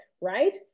right